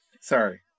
Sorry